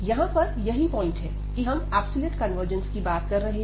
यहां पर यही पॉइंट है कि हम एब्सोल्यूट कन्वर्जेन्स की बात कर रहे हैं